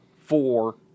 four